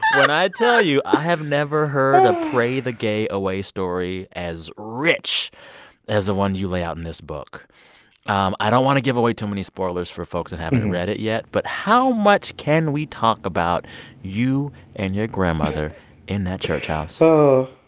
when i tell you i have never heard of pray-the-gay-away story as rich as the one you lay out in this book um i don't want to give away too many spoilers for folks who haven't read it yet. but how much can we talk about you and your grandmother in that church house? oh,